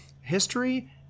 history